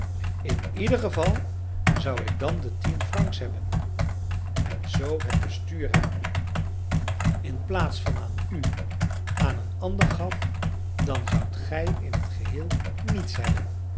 in ieder geval zou ik dan de tien francs hebben en zoo het bestuur hem in plaats van aan u aan een ander gaf dan zoudt gij in het geheel niets hebben